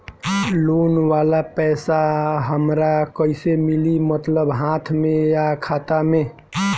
Loan वाला पैसा हमरा कइसे मिली मतलब हाथ में या खाता में?